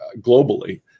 globally